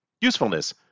Usefulness